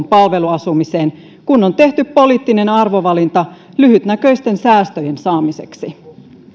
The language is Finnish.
palveluasumiseen kun on tehty poliittinen arvovalinta lyhytnäköisten säästöjen saamiseksi